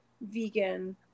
vegan